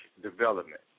development